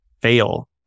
fail